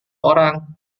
orang